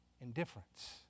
Indifference